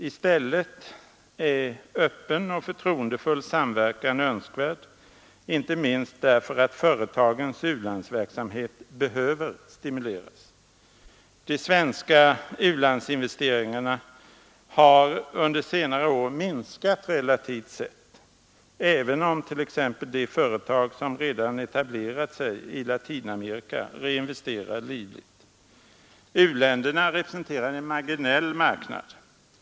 I stället är en öppen och förtroendefull samverkan önskvärd, inte minst därför att företagens u-landsverksamhet behöver stimuleras. De svenska u-landsinvesteringarna har under senare år minskat relativt sett, även om t.ex. de företag som redan etablerat sig i Latinamerika reinvesterar livligt. U-länderna representerar en marginell marknad.